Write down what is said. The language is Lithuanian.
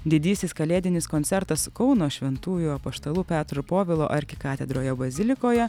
didysis kalėdinis koncertas kauno šventųjų apaštalų petro povilo arkikatedroje bazilikoje